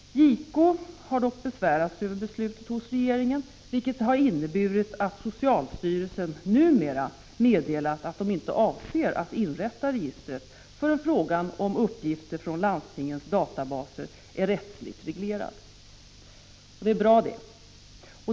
JK har dock besvärat sig över beslutet hos regeringen, vilket inneburit att socialstyrelsen numera meddelat att man inte avser att inrätta registret förrän frågan om uppgifter från landstingens databaser är rättsligt reglerad. Det är bra.